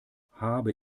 habe